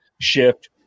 shift